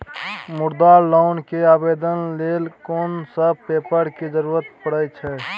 मुद्रा लोन के आवेदन लेल कोन सब पेपर के जरूरत परै छै?